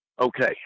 okay